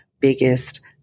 biggest